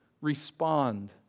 respond